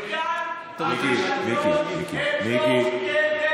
כאן החשדות הן תוך כדי תפקידו.